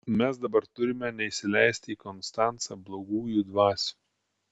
mes dabar turime neįsileisti į konstancą blogųjų dvasių